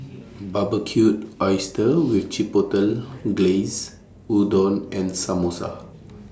Barbecued Oysters with Chipotle Glaze Udon and Samosa